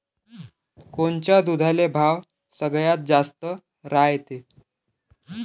कोनच्या दुधाले भाव सगळ्यात जास्त रायते?